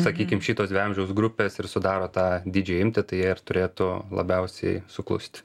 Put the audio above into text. sakykim šitos dvi amžiaus grupes ir sudaro tą didžią imti tai jie ir turėtų labiausiai suklusti